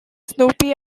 snoopy